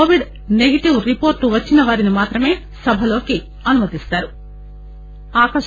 Covid negative report వచ్చినవారిని మాత్రమే సభలోకి అనుమతిస్తారు